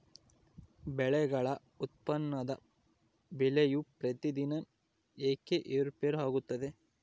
ಬೆಳೆಗಳ ಉತ್ಪನ್ನದ ಬೆಲೆಯು ಪ್ರತಿದಿನ ಏಕೆ ಏರುಪೇರು ಆಗುತ್ತದೆ?